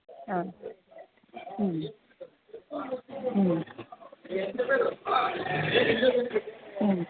ಹಾಂ ಹ್ಞೂ ಹ್ಞೂ ಹ್ಞೂ